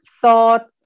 thought